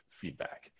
feedback